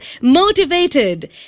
motivated